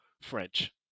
French